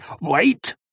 Wait